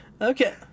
Okay